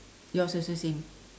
yours also same